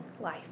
life